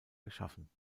geschaffen